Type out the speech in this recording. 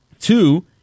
Two